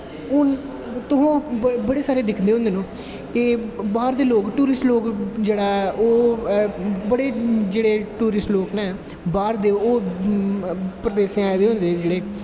हून तुस बड़े सारे दिखदे होने न कि बाह्र दे लोग टुरिस्ट लोग ओह् बड़े जेह्ड़े टुरिस्ट लोग नै बाह्र दे सओह् प्रदेसें आए दे होंदे जेह्ड़े